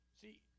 See